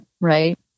right